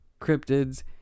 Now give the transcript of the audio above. cryptids